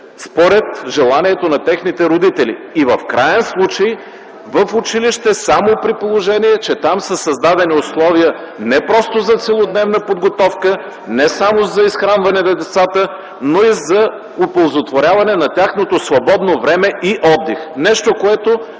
според желанието на техните родители, и в краен случай в училище, само при положение, че там са създадени условия не просто за целодневна подготовка, не само за изхранване на децата, но и за оползотворяване на тяхното свободно време и отдих.” Нещо, което